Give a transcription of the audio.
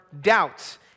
doubts